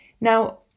Now